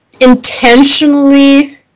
intentionally